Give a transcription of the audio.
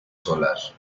solar